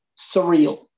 surreal